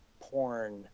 porn